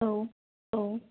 औ औ